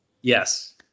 Yes